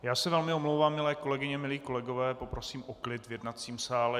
Já se velmi omlouvám, milé kolegyně, milí kolegové, poprosím o klid v jednacím sál.